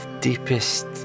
deepest